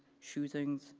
shootings,